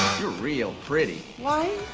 you're real pretty why